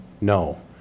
No